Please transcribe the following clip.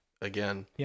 again